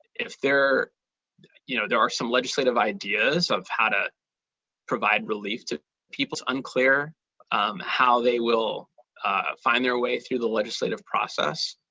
there you know there are some legislative ideas of how to provide relief to peoples unclear um how they will find their way through the legislative process.